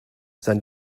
sein